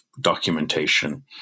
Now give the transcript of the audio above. documentation